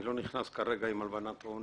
אני לא נכנס כרגע אם הרשות לאיסור הלבנת הון